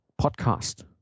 podcast